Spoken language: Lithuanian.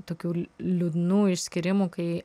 tokių liūdnų išskyrimų kai